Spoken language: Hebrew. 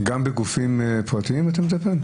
גם בגופים פרטיים אתה מטפל?